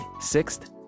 sixth